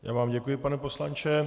Já vám děkuji, pane poslanče.